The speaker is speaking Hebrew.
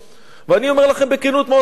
אני אומר לכם בכנות מה עושים אצלנו.